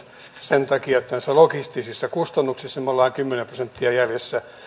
sen takia että näissä logistisissa kustannuksissa me olemme kymmenen prosenttia jäljessä